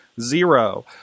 zero